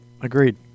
agreed